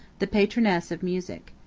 the patroness of music.